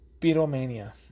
Beatlemania